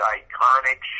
iconic